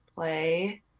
play